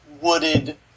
wooded